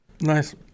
nice